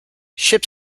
ship